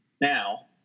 Now